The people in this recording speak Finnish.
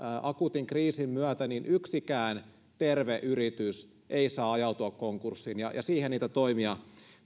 akuutin kriisin myötä yksikään terve yritys ei saa ajautua konkurssiin ja siihen niitä toimia